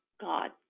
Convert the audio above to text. God